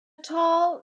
tall